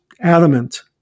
adamant